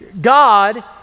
God